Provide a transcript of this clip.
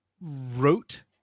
wrote